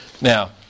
now